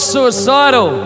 suicidal